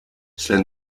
cela